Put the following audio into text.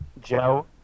joe